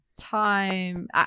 time